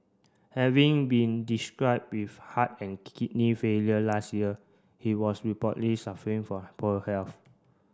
having been describe with heart and kidney failure last year he was reportedly suffering from poor health